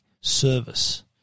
service